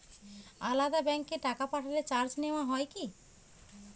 আলাদা ব্যাংকে টাকা পাঠালে চার্জ নেওয়া হয় কি?